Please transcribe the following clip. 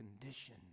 condition